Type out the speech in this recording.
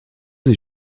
sie